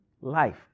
life